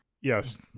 Yes